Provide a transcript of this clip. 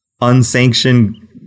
unsanctioned